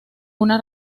una